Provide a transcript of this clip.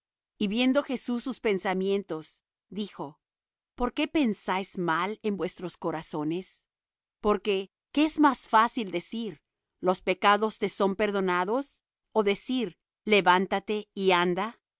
y viendo jesús sus pensamientos dijo por qué pensáis mal en vuestros corazones porque qué es más fácil decir los pecados te son perdonados ó decir levántate y anda